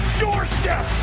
doorstep